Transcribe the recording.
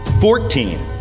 Fourteen